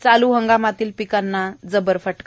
चालू हंगामातील पिकांना जबर फटका